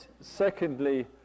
Secondly